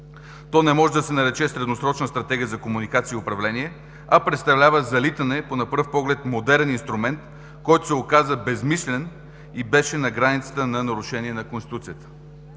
То не може да се нарече „средносрочна стратегия за комуникация и управление“, а представлява залитане по, на пръв поглед, модерен инструмент, който се оказа безсмислен и беше на границата на нарушение на Конституцията.